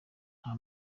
nta